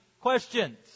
questions